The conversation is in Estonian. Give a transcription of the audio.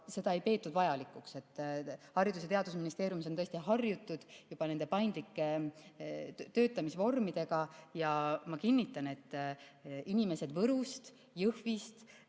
seda ei peetud vajalikuks. Haridus- ja Teadusministeeriumis on juba harjutud nende paindlike töötamisvormidega. Ja ma kinnitan, et inimesed Võrust, Jõhvist